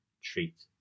treat